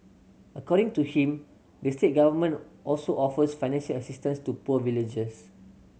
according to him the state government also offers finance assistance to poor villagers